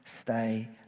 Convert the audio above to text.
stay